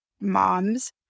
moms